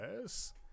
yes